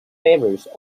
favours